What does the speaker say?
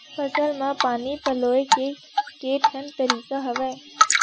फसल म पानी पलोय के केठन तरीका हवय?